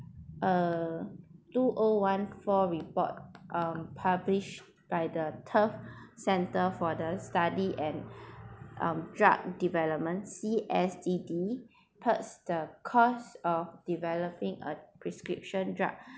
uh two o one four report um published by the tufts centre for the study and um drug developments C S G D pers~ the cost of developing a prescription drug